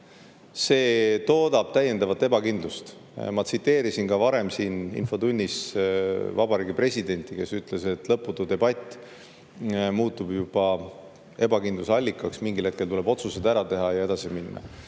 see toodab täiendavat ebakindlust. Ma tsiteerisin ka varem siin infotunnis Vabariigi Presidenti, kes ütles, et lõputu debatt muutub juba ebakindluse allikaks – mingil hetkel tuleb otsused ära teha ja edasi minna.